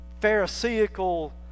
pharisaical